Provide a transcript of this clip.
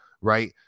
right